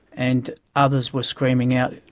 and others were screaming out,